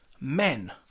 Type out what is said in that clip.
men